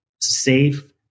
safe